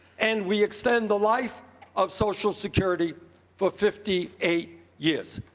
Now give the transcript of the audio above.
and we extend the life of social security for fifty eight years.